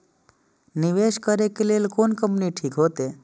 निवेश करे के लेल कोन कंपनी ठीक होते?